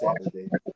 Saturday